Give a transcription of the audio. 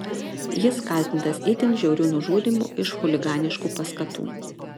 jis kaltintas itin žiauriu nužudymu iš chuliganiškų paskatų